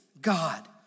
God